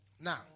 Now